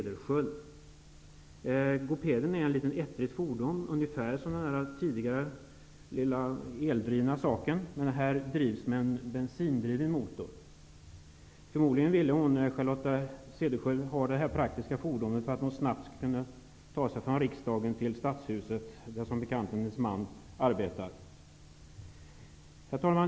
Denna GO-PED är ett ettrigt litet fordon, ungefär som den tidigare nämnda lilla eldrivna saken. Men GO-PED har en bensindriven motor. Förmodligen vill Charlotte Cederschiöld ha detta praktiska fordon för att snabbt kunna ta sig från riksdagen till Stadshuset där, som bekant, hennes man arbetar. Herr talman!